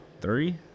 Three